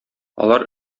алар